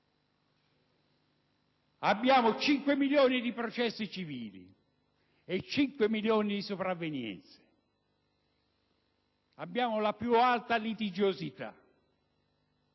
Abbiamo 5 milioni di processi civili e 5 milioni di sopravvenienze. Abbiamo la più alta litigiosità.